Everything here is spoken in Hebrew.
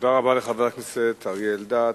תודה רבה לחבר הכנסת אריה אלדד.